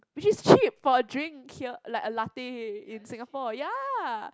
which is cheap for a drink here like a latte in Singapore ya